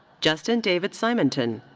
justin david simonton.